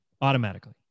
Automatically